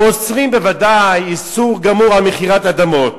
הם אוסרים, בוודאי, איסור גמור, מכירת אדמות.